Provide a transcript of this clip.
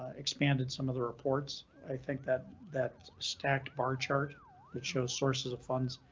ah expanded some of the reports. i think that that stacked bar chart that shows sources of funds.